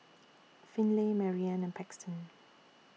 Finley Marianne and Paxton